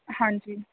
ਹਾਂਜੀ